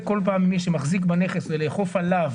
כל פעם עם מי שמחזיק בנכס ולאכוף עליו